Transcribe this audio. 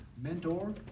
mentor